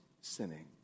sinning